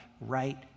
right